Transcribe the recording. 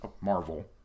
Marvel